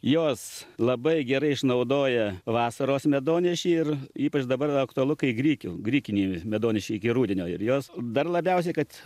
jos labai gerai išnaudoja vasaros medonešį ir ypač dabar aktualu kai grikių grikinį medonešį iki rudenio ir jos dar labiausiai kad